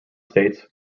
states